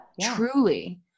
truly